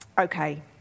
Okay